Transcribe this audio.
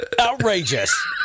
outrageous